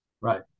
right